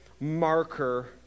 marker